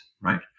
right